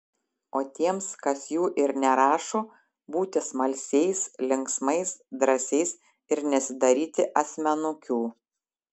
o tiems kas jų ir nerašo būti smalsiais linksmais drąsiais ir nesidaryti asmenukių